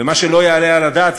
ומה שלא יעלה על הדעת,